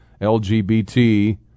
LGBT